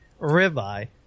ribeye